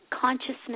consciousness